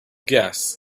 gas